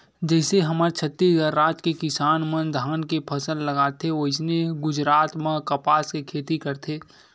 जइसे हमर छत्तीसगढ़ राज के किसान मन धान के फसल लगाथे वइसने गुजरात म कपसा के खेती करथे